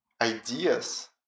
ideas